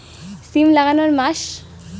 সিম লাগানোর মাস?